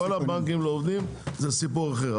אם כל הבנקים לא עובדים, זה סיפור אחר.